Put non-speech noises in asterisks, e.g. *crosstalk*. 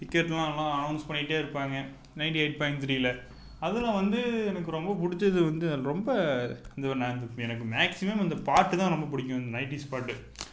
கிரிக்கெடெலாம் நல்லா அநௌன்ஸ் பண்ணிகிட்டே இருப்பாங்க நயன்டி எயிட் பாயிண்ட் த்ரீயில் அதில் வந்து எனக்கு ரொம்ப பிடிச்சது வந்து ரொம்ப இது *unintelligible* எனக்கு மேக்ஸிமம் வந்து இந்த பாட்டுதான் ரொம்ப பிடிக்கும் நயன்டிஸ் பாட்டு